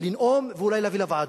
לנאום ואולי להביא לוועדות.